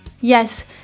Yes